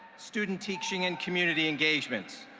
student teaching, and community engagements.